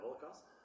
Holocaust